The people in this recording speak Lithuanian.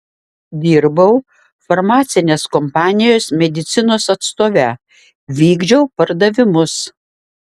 dirbau farmacinės kompanijos medicinos atstove vykdžiau pardavimus